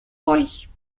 euch